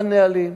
בנהלים.